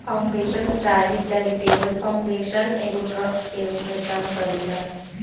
foundation चाहे charitable foundation एगो trust के रूप में काम करेला